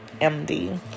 md